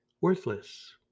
worthless